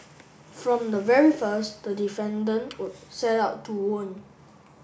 from the very first the defendant set out to wound